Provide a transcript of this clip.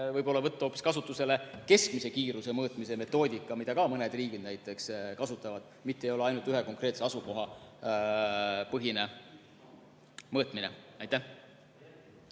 võib-olla võtta hoopis kasutusele keskmise kiiruse mõõtmise metoodika, mida ka mõned riigid kasutavad, et ei ole ainult ühe konkreetse asukoha põhine mõõtmine. Aitäh